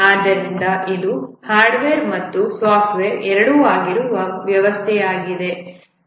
ಆದ್ದರಿಂದ ಇದು ಹಾರ್ಡ್ವೇರ್ ಮತ್ತು ಸಾಫ್ಟ್ವೇರ್ ಎರಡೂ ಆಗಿರುವ ವ್ಯವಸ್ಥೆಯಾಗಿದೆ